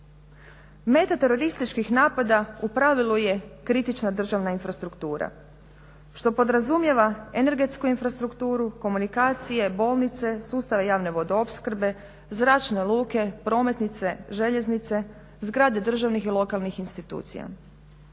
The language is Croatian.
Meta terorističkih napada u pravilu je kritična državna infrastruktura što podrazumijeva energetsku infrastrukturu, komunikacije, bolnice, sustave javne vodoopskrbe, zračne luke, prometnice, željeznice, zgrade državnih i lokalnih institucija